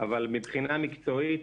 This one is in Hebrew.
אבל מבחינה מקצועית,